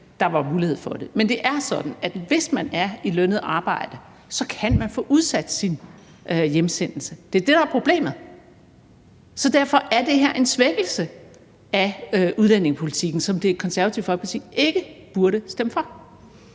der var mulighed for det. Men det er sådan, at hvis man er i lønnet arbejde, kan man få udsat sin hjemsendelse. Det er det, der er problemet. Så derfor er det her er en svækkelse af udlændingepolitikken, som Det Konservative Folkeparti ikke burde stemme for.